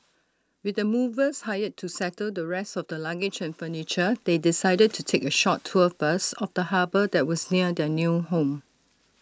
with the movers hired to settle the rest of the luggage and furniture they decided to take A short tour first of the harbour that was near their new home